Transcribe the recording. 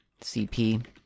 cp